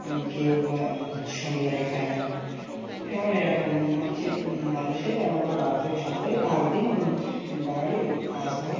কেউ শনিবারে খায় না এমন এরকম হচ্ছে মানুষের একটা বাদ থাকে সপ্তাহে পাঁচ দিন বাঙালি মাছ ভাত